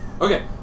Okay